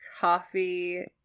coffee